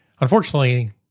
Unfortunately